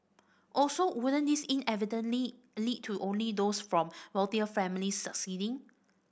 also wouldn't this inadvertent lead lead to only those from wealthier families succeeding